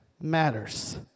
matters